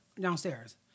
Downstairs